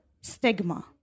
stigma